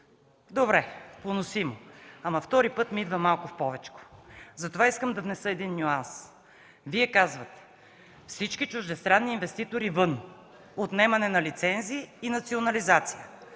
добре, поносимо. Втори път обаче ми идва малко в повече, затова искам да внеса един нюанс. Вие казвате: „Всички чуждестранни инвеститори – вън, отнемане на лицензи и национализация”.